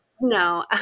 No